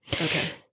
okay